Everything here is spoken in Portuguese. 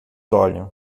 olham